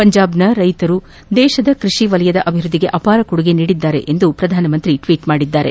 ಪಂಜಾಬ್ನ ರೈತರು ದೇಶದ ಕೃಷಿ ವಲಯದ ಅಭಿವ್ದದ್ಲಿಗೆ ಅಪಾರ ಕೊಡುಗೆ ನೀಡಿದ್ದಾರೆ ಎಂದು ಪ್ರಧಾನಮಂತ್ರಿ ಟ್ಷೀಟ್ ಮಾಡಿದ್ದಾರೆ